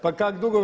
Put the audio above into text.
Pa kako dugo?